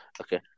Okay